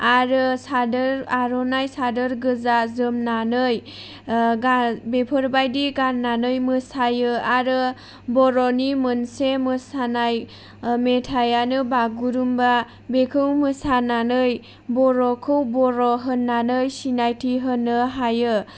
आरो सादोर आर'नाइ सादोर गोजा जोमनानै बेफोरबायदि गाननानै मोसायो आरो बर'नि मोनसे मोसानाय मेथाइयानो बागुरुम्बा बेखौ मोसानानै बर'खौ बर' होननानै सिनायथि होनो हायो